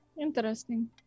interesting